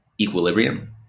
equilibrium